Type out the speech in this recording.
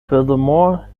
furthermore